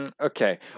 Okay